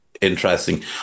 interesting